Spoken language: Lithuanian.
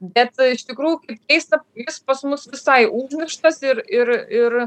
bet iš tikrų keista jis pas mus visai užmirštas ir ir ir